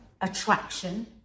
attraction